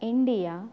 India